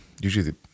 usually